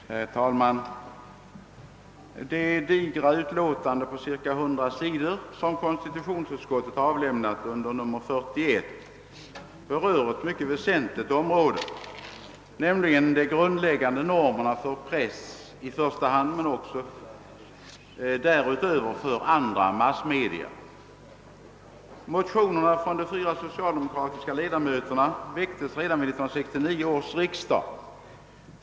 Herr talman! Det digra utlåtande på ca 100 sidor, betecknat med nr 41, som konstitutionsutskottet framlagt i detta ärende, berör ett mycket väsentligt område, nämligen de grundläggande normerna för i första hand pressens men därutöver också andra massmedias verksamhet. Motionerna i ämnet av de fyra socialdemokratiska ledamöterna väcktes redan vid 1969 års riksdag.